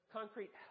concrete